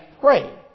pray